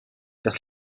das